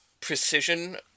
precision